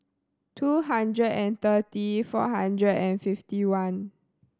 two hundred and thirty four hundred and fifty one